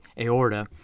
aorta